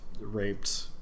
raped